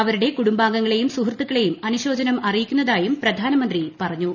അവരുടെ കുടുംബങ്ങളെയും സുഹൃത്തുക്കളെയും അനുശോചനം അറിയിക്കുന്നതായും പ്രധാനമന്ത്രി പറഞ്ഞു